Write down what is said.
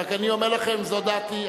רק אני אומר לכם: זאת דעתי.